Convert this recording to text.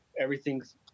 everything's